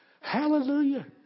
Hallelujah